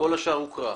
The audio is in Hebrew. כל השאר הוקרא.